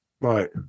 Right